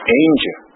angel